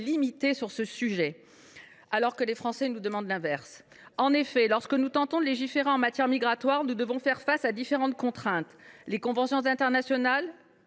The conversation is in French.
limitée, alors que les Français nous demandent l’inverse. En effet, lorsque nous tentons de légiférer en matière migratoire, nous devons faire face à différentes contraintes : les conventions internationales,